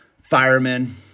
Firemen